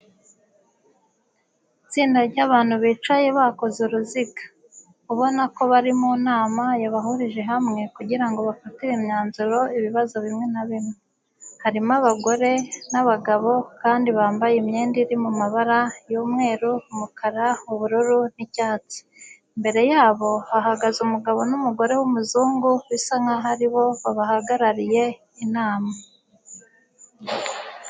Itsinda ry'abantu bicaye bakoze uruziga, ubona ko bari mu nama yabahurije hamwe kugira ngo bafatire imyanzuro ibibazo bimwe na bimwe. Harimo abagore n'abagabo kandi bambaye imyenda iri mu mabara y'umweru, umukara, ubururu n'icyatsi. Imbere yabo hahagaze umugabo n'umugore w'umuzungu bisa nkaho ari bo bahagarariye inama.